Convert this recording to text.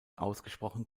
ausgesprochen